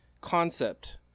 concept